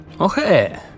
Okay